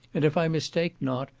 and, if i mistake not,